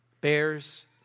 Bears